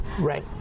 right